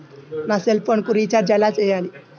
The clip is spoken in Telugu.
నా సెల్ఫోన్కు రీచార్జ్ ఎలా చేయాలి?